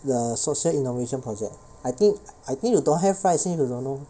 the social innovation project I think I think you don't have right since you dunno